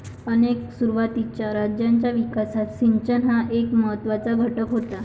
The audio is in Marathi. अनेक सुरुवातीच्या राज्यांच्या विकासात सिंचन हा एक महत्त्वाचा घटक होता